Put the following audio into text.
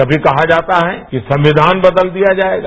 कभी कहा जाता है कि संविधान बदल दिया जाएगा